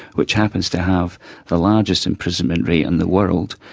which happens to have the largest imprisonment rate in the world,